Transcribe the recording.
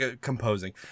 composing